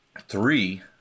three